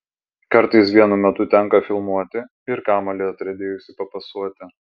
kartais vienu metu tenka filmuoti ir kamuolį atriedėjusį papasuoti